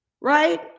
Right